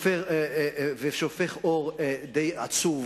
ושופך אור די עצוב